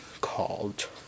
called